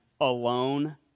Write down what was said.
alone